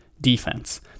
defense